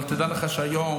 אבל תדע לך שהיום,